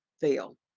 fail